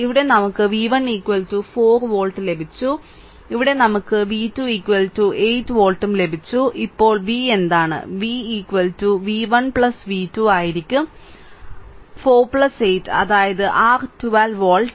ഇവിടെ നമുക്ക് v1 4 volt ലഭിച്ചു ഇവിടെ നമുക്ക് v2 8 വോൾട്ട് ലഭിച്ചു അപ്പോൾ v എന്താണ് v v1 1 v2 ആയിരിക്കും 4 8 അതായത് r 12 വോൾട്ട്